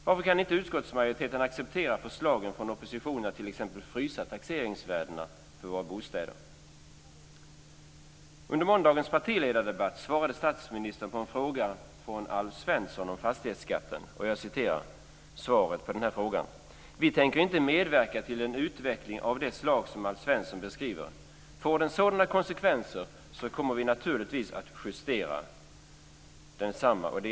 Varför kan inte utskottsmajoriteten acceptera förslagen från oppositionen att t.ex. frysa taxeringsvärdena för våra bostäder? Under måndagens partiledardebatt svarade statsministern på en fråga av Alf Svensson om fastighetsskatten. Statsministern sade att de inte tänker medverka till en utveckling av det slag som Alf Svensson beskriver. Får fastighetsskatten sådana konsekvenser kommer de naturligtvis att justera densamma.